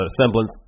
semblance